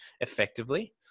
effectively